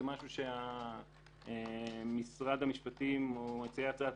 זה משהו שמשרד המשפטים או מציעי הצעת